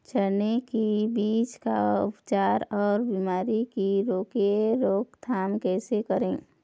चने की बीज का उपचार अउ बीमारी की रोके रोकथाम कैसे करें?